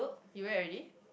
you wear already